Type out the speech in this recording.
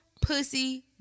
pussy